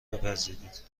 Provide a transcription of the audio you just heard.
بپذیرید